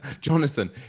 Jonathan